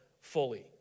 fully